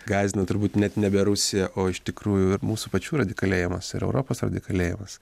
gąsdina turbūt net nebe rusija o iš tikrųjų ir mūsų pačių radikalėjimas ir europos radikalėjimas